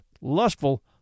lustful